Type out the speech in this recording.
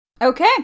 Okay